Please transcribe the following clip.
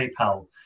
PayPal